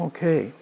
Okay